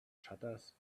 shutters